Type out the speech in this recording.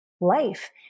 life